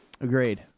Agreed